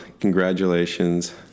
congratulations